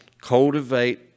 Cultivate